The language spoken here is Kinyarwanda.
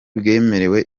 bwemerewe